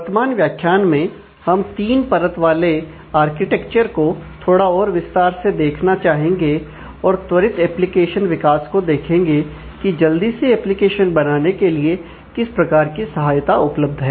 वर्तमान व्याख्यान में हम तीन परत वाले आर्किटेक्चर को थोड़ा और विस्तार से देखना चाहेंगे और त्वरित एप्लीकेशन विकास को देखेंगे कि जल्दी से एप्लीकेशन बनाने के लिए किस प्रकार की सहायता उपलब्ध है